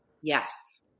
Yes